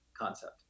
concept